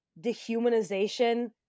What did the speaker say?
dehumanization